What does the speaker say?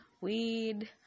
weed